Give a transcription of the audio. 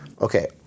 Okay